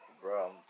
Bro